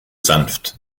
sanft